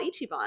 Ichiban